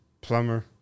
Plumber